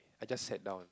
I just sat down